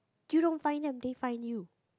you don't find them they find you